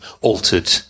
altered